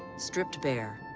stripped bare,